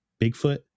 Bigfoot